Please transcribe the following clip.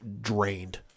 drained